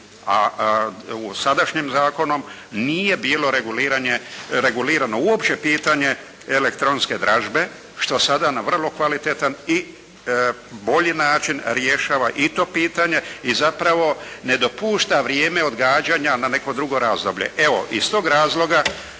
A sadašnjim zakonom nije bilo reguliranje, regulirano uopće pitanje elektronske dražbe što sada na vrlo kvalitetan i bolji način rješava i to pitanje. I zapravo ne dopušta vrijeme odgađanja na neko drugo razdoblje. Evo iz tog razloga